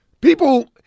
People